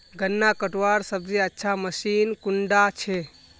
गन्ना कटवार सबसे अच्छा मशीन कुन डा छे?